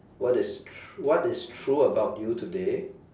what is tru~ what is true about you today